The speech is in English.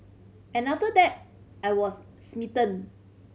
and after that I was smitten